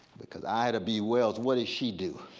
because ida b wells, what did she do?